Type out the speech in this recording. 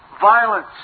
violence